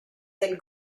del